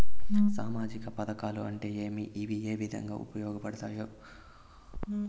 సామాజిక పథకాలు అంటే ఏమి? ఇవి ఏ విధంగా ఉపయోగపడతాయి పడతాయి?